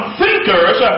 thinkers